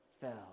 fell